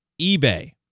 eBay